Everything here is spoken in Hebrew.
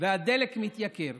והדלק מתייקר,